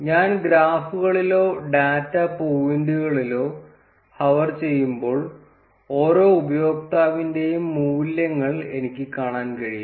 ഞാൻ ഗ്രാഫുകളിലോ ഡാറ്റ പോയിന്റുകളിലോ ഹോവർ ചെയ്യുമ്പോൾ ഓരോ ഉപയോക്താവിന്റെയും മൂല്യങ്ങൾ എനിക്ക് കാണാൻ കഴിയും